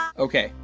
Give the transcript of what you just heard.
ok.